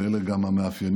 ואלה גם המאפיינים